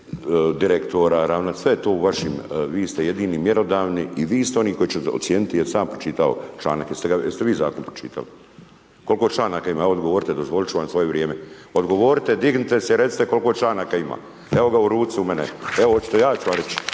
direktora. Vi ste jedini mjerodavni i vi ste oni koji će ocijeniti jer sam ja pročitao članak. Jeste vi zakon pročitali? Koliko članaka ima? Evo odgovorite. Dozvolit ću vam svoje vrijeme. Odgovorite, dignite se i recite koliko članaka ima. Evo ga u ruci u mene. Evo ja ću vam reći